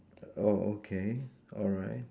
oh okay alright